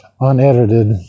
unedited